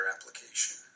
application